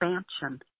expansion